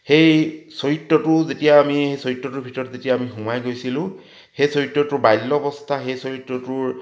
সেই চৰিত্ৰটো যেতিয়া আমি চৰিত্ৰটোৰ ভিতৰত যেতিয়া আমি সোমাই গৈছিলোঁ সেই চৰিত্ৰটোৰ বাল্য অৱস্থা সেই চৰিত্ৰটোৰ